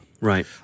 Right